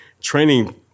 training